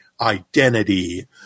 identity